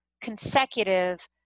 consecutive